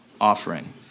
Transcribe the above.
offering